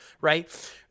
right